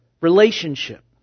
relationship